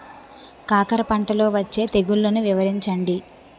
కాకర పంటలో వచ్చే తెగుళ్లను వివరించండి?